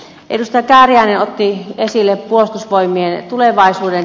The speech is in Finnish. edustaja kääriäinen otti esille puolustusvoimien tulevaisuuden